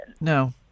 No